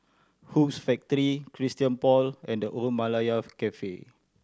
Hoops Factory Christian Paul and The Old Malaya Cafe